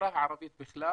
בחברה הערבית בכלל